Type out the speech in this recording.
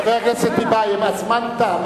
חבר הכנסת טיבייב, הזמן תם.